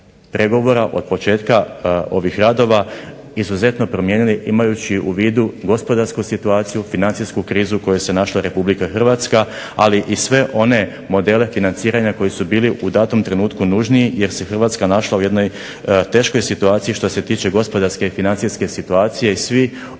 pregovora, od početka ovih radova izuzetno promijenili, imajući u vidu gospodarsku situaciju, financijsku krizu u kojoj se našla Republika Hrvatska, ali i sve one modele financiranja koji su bili u datom trenutku nužniji jer se Hrvatska našla u jednoj teškoj situaciji što se tiče gospodarske i financijske situacije i svi oni